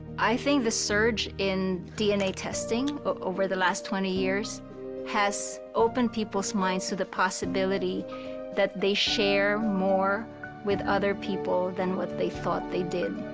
i think the surge in dna testing over the last twenty years has opened people's minds to the possibility that they share more with other people than what they thought they did.